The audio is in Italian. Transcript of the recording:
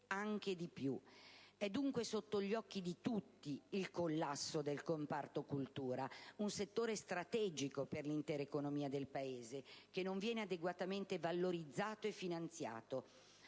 È dunque sotto gli occhi di tutto il collasso del comparto cultura, un settore strategico per l'intera economia del Paese, che non viene adeguatamente valorizzato e finanziato.